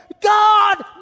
God